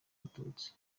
abatutsi